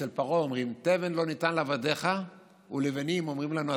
אצל פרעה אומרים: "תבן אין ניתן לעבדיך ולבנים אמרים לנו עשו".